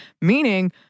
meaning